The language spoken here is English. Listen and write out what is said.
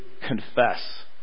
confess